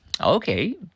Okay